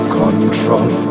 control